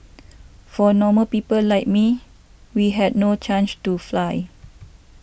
for normal people like me we had no change to fly